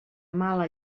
mala